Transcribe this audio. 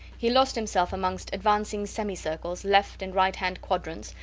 he lost himself amongst advancing semi-circles, left and right-hand quadrants,